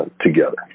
together